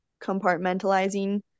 compartmentalizing